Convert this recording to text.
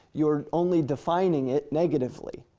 you're only defining it negatively.